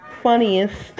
funniest